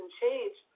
change